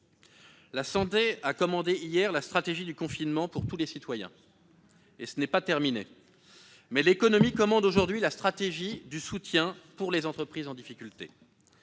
La santé a commandé hier la stratégie du confinement pour tous les citoyens. Ce n'est pas terminé, mais l'économie commande aujourd'hui la stratégie du soutien pour les entreprises en difficulté.